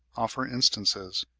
offer instances.